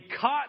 caught